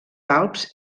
alps